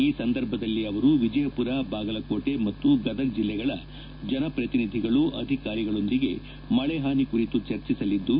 ಈ ಸಂದರ್ಭದಲ್ಲಿ ಅವರು ವಿಜಯಪುರ ಬಾಗಲಕೋಟೆ ಮತ್ತು ಗದಗ ಜಿಲ್ಲೆಗಳ ಜನಪ್ರತಿನಿಧಿಗಳು ಅಧಿಕಾರಿಗಳೊಂದಿಗೆ ಮಳೆಪಾನಿ ಕುರಿತು ಚರ್ಚಿಸಲಿದ್ದು